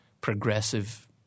progressive